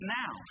now